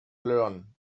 learn